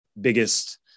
biggest